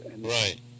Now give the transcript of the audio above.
Right